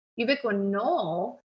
Ubiquinol